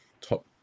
top